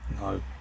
No